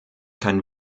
kein